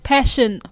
Passion